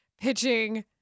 pitching